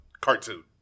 cartoon